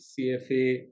CFA